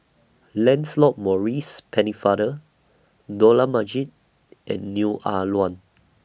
Lancelot Maurice Pennefather Dollah Majid and Neo Ah Luan